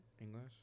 English